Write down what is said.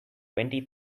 twenty